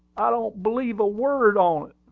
i don't believe a word on't.